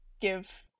give